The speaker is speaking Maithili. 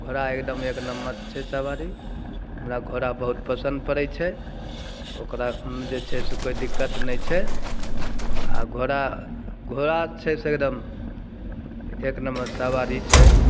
घोड़ा एकदम एक नम्मर छै सवारी हमरा घोड़ा बहुत पसन्द पड़ै छै ओकरा जे छै से कोइ दिक्कत नहि छै आओर घोड़ा घोड़ा छै से एकदम एक नम्मर सवारी छै